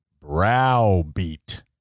Browbeat